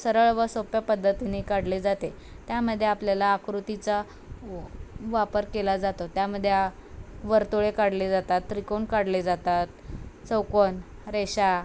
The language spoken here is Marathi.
सरळ व सोप्या पद्धतीने काढले जाते त्यामध्ये आपल्याला आकृतीचा वापर केला जातो त्यामध्ये वर्तुळे काढले जातात त्रिकोण काढले जातात चौकोण रेषा